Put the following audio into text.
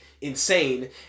insane